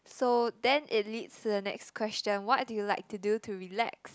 so then it leads to the next question what do you like to do to relax